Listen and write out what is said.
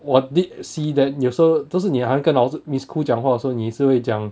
我 did see that 有时候都是你跟老师 miss khoo 讲话时候你是会讲